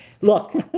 Look